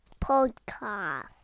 Podcast